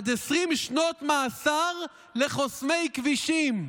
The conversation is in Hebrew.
עד 20 שנות מאסר לחוסמי כבישים.